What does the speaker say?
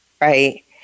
right